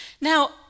Now